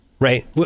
Right